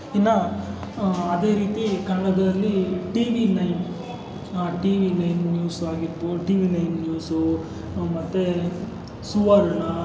ಇನ್ನು ಅದೇ ರೀತಿ ಕನ್ನಡದಲ್ಲಿ T V nine T V nine news ಆಗಿರ್ಬೋದು ಟಿ ವಿ ನೈನ್ ನ್ಯೂಸು ಮತ್ತೆ ಸುವರ್ಣ